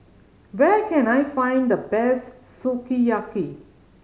where can I find the best Sukiyaki